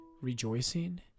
rejoicing